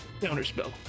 Counterspell